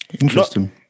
Interesting